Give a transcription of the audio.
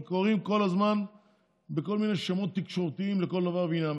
הם קוראים כל הזמן בכל מיני שמות תקשורתיים לכל דבר ועניין,